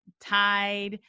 Tide